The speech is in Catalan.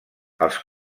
els